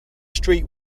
street